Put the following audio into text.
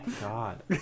god